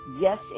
Yes